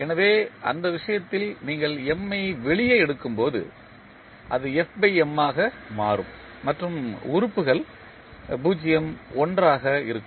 எனவே அந்த விஷயத்தில் நீங்கள் M ஐ வெளியே எடுக்கும்போது அது f M ஆக மாறும் மற்றும் உறுப்புகள் 0 1 ஆக இருக்கும்